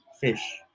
fish